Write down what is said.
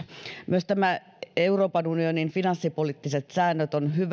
euroopan unionin finanssipoliittiset säännöt on hyvä